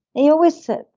he always said,